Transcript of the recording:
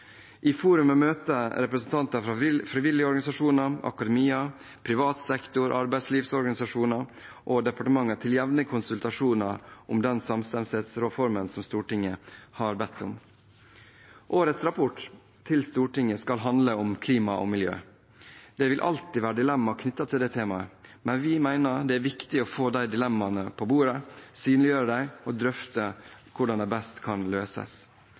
I forumet møter representanter fra frivillige organisasjoner, akademia, privat sektor, arbeidslivsorganisasjonene og departementene til jevnlige konsultasjoner om den samstemthetsreformen som Stortinget har bedt om. Årets rapport til Stortinget skal handle om klima og miljø. Det vil alltid være dilemmaer knyttet til dette temaet. Men vi mener det er viktig å få disse dilemmaene opp på bordet, synliggjøre dem og drøfte hvordan de best kan løses.